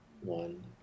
one